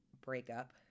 breakup